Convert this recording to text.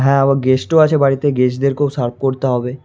হ্যাঁ আবার গেস্টও আছে বাড়িতে গেস্টদেরকেও সার্ভ করতে হবে